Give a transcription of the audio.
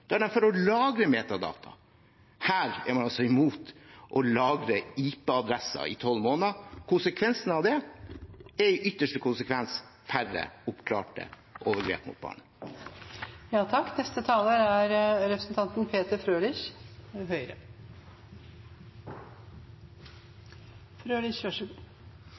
er de for å lagre metadata. Her er man altså imot å lagre IP-adresser i tolv måneder. Den ytterste konsekvensen av det er færre oppklarte overgrep mot barn.